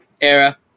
era